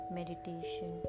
meditation